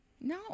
No